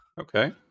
Okay